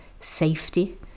safety